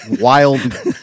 wild